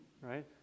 right